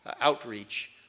outreach